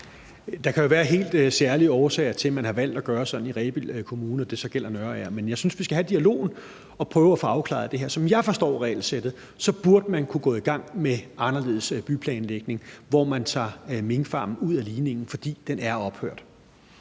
Der kan jo være helt særlige årsager til, at man har valgt at gøre sådan i Rebild Kommune, og at det så gælder i Nørager. Men jeg synes, vi skal have dialogen og prøve at få afklaret det her. Som jeg forstår regelsættet, burde man kunne gå i gang med anderledes byplanlægning, hvor man tager minkfarmen ud af ligningen, fordi den er ophørt.